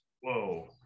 Whoa